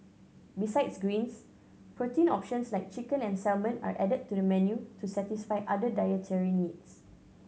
besides greens protein options like chicken and salmon are added to the menu to satisfy other dietary needs